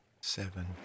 seven